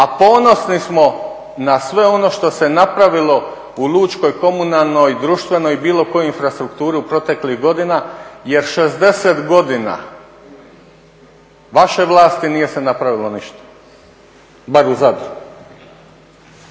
a ponosni smo na sve ono što se napravilo u lučkoj, komunalnoj, društvenoj i bilo kojoj infrastrukturi u proteklih godina. Jer 60 godina vaše vlasti nije se napravilo ništa, bar u Zadru.